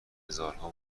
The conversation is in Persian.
هزارها